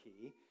key